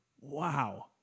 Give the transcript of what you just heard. Wow